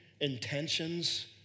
intentions